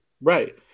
Right